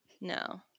No